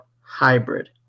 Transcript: hybrid